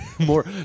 more